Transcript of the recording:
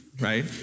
Right